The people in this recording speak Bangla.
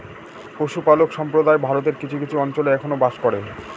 পশুপালক সম্প্রদায় ভারতের কিছু কিছু অঞ্চলে এখনো বাস করে